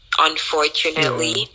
unfortunately